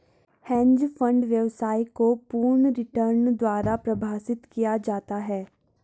hedge fund व्यवसाय को पूर्ण रिटर्न द्वारा परिभाषित किया जाता है